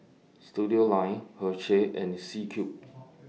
Studioline Herschel and C Cube